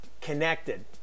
connected